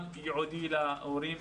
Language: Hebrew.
גם ייעודי להורים.